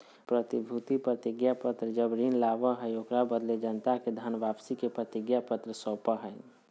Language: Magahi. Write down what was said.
प्रतिभूति प्रतिज्ञापत्र जब ऋण लाबा हइ, ओकरा बदले जनता के धन वापसी के प्रतिज्ञापत्र सौपा हइ